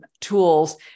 tools